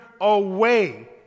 away